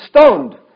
stoned